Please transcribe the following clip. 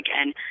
again